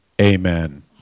Amen